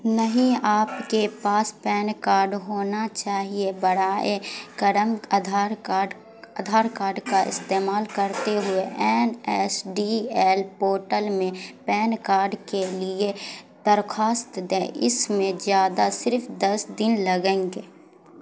نہیں آپ کے پاس پین کارڈ ہونا چاہیے برائے کرم ادھار کارڈ ادھار کارڈ کا استعمال کرتے ہوئے N S D L portal میں پین کارڈ کے لیے درخواست دیں اس میں زیادہ صرف دس دن لگیں گے